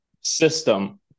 system